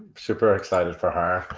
super excited for her.